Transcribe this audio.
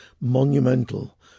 monumental